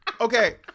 okay